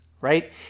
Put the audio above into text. Right